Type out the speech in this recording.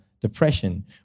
depression